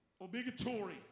obligatory